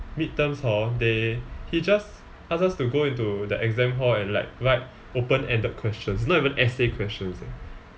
mid terms hor they he just ask us to go into the exam hall and like write open ended questions not even essay questions eh